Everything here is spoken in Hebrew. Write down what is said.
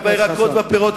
ובירקות והפירות,